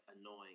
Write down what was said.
annoying